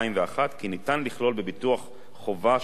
כי ניתן לכלול בביטוח חובה של כלי רכב